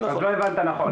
אז לא הבנת נכון.